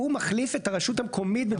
הוא מחליף את הרשות המקומית.